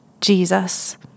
Jesus